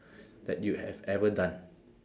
that you have ever done